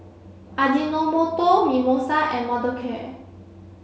Ajinomoto Mimosa and Mothercare